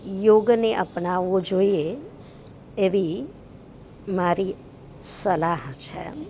યોગને અપનાવવો જોઈએ એવી મારી સલાહ છે